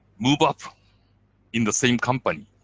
move up in the same company,